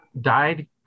died